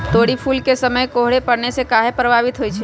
तोरी फुल के समय कोहर पड़ने से काहे पभवित होई छई?